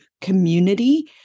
community